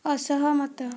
ଅସହମତ